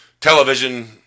Television